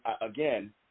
again